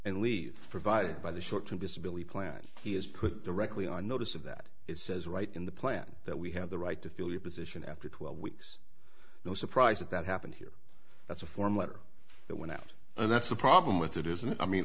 and leave provided by the short term disability plan he has put the regularly on notice of that it says right in the plan that we have the right to feel your position after twelve weeks no surprise at that happen here that's a form letter that went out and that's the problem with it isn't i mean